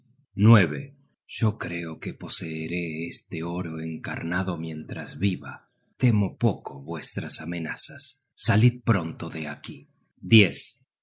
aborrecimiento yo creo que poseeré este oro encarnado mientras viva temo poco vuestras amenazas salid pronto de aquí